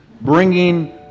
bringing